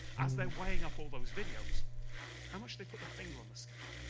as they're weighing up all those videos how much they put their finger on the scale,